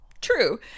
true